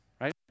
right